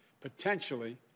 potentially